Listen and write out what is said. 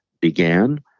began